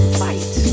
fight